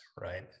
right